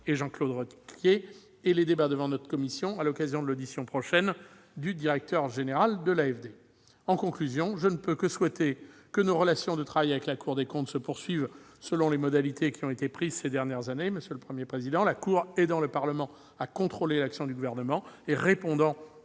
et Jean-Claude Requier et les débats devant notre commission à l'occasion de l'audition prochaine du directeur général de l'AFD. En conclusion, je ne peux que souhaiter, monsieur le Premier président, que nos relations de travail avec la Cour des comptes se poursuivent selon les modalités qui ont été définies ces dernières années, la Cour aidant le Parlement à contrôler l'action du Gouvernement et répondant